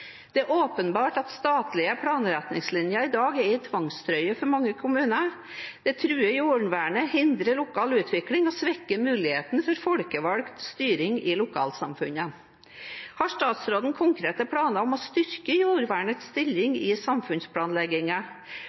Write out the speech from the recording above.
Det er åpenbart at statlige planretningslinjer i dag er en tvangstrøye for mange kommuner. Det truer jordvernet, hindrer lokal utvikling og svekker muligheten for folkevalgt styring i lokalsamfunnene. Har statsråden konkrete planer om å styrke jordvernets stilling i